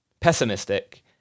pessimistic